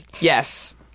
yes